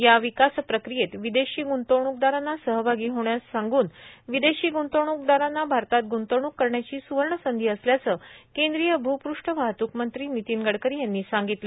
या विकासप्रक्रियेत विदेशी ग्रंतवणूकदारांना सहभागी होण्यास सांगून विदेशी ग्रंतवणूकदारांना भारतात ग्रंतवणूक करण्याची स्वर्णसंधी असल्याच केंद्रीय भूपष्ठ वाहतूक मंत्री नितीन गडकरी यांनी सांगितल